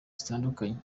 zitandukanye